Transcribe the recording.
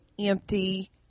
empty